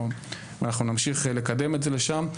ונמשיך לקדם את זה לשם.